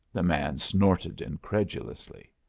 the man snorted incredulously.